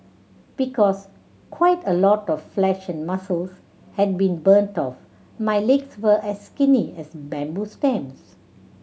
because quite a lot of flesh and muscles had been burnt off my legs were as skinny as bamboo stems